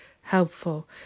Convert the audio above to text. helpful